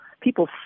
People